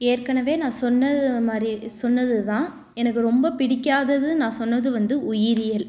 ஏற்கனவே நான் சொன்னது மாதிரியே சொன்னது தான் எனக்கு ரொம்ப பிடிக்காதது நான் சொன்னது வந்து உயிரியல்